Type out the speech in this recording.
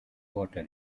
water